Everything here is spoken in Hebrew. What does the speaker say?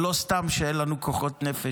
פה משפחות שלמות